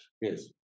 Yes